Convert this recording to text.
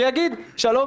שיגיד: שלום,